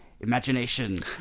imagination